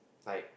like